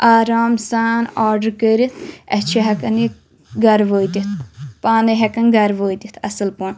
آرام سان آرڈَر کٔرِتھ اَسہِ چھ ہؠکان یہِ گَرٕ وٲتِتھ پانَے ہؠکان گرٕ وٲتِتھ اصٕل پٲٹھۍ